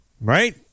right